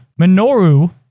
Minoru